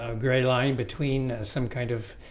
ah gray line between some kind of